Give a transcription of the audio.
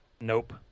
nope